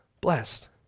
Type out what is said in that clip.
blessed